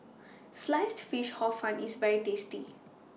Sliced Fish Hor Fun IS very tasty